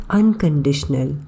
unconditional